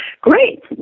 Great